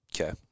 Okay